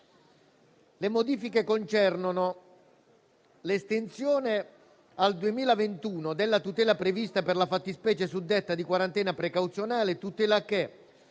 Le modifiche concernono: l'estensione al 2021 della tutela prevista per la fattispecie suddetta di quarantena precauzionale - tutela che,